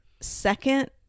second